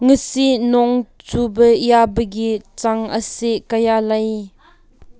ꯉꯁꯤ ꯅꯣꯡ ꯆꯨꯕ ꯌꯥꯕꯒꯤ ꯆꯥꯡ ꯑꯁꯤ ꯀꯌꯥꯅꯣ